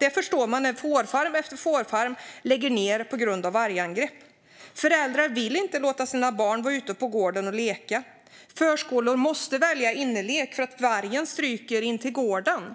Det förstår man när fårfarm efter fårfarm lägger ned på grund av vargangrepp. Föräldrar vill inte låta sina barn vara ute på gården och leka. Förskolor måste välja innelek för att vargen stryker intill gården.